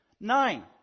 Nine